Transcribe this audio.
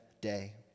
day